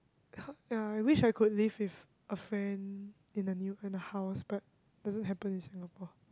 ya I wished I could live with a friend in the new in a house but doesn't happen in Singapore